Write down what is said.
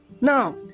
Now